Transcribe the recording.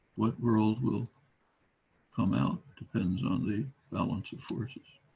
what world will come out depends on the balance of forces.